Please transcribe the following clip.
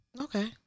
Okay